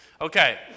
Okay